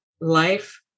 life